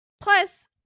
plus